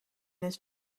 his